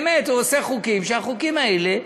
באמת הוא עושה חוקים, כשהחוקים האלה,